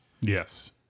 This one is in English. Yes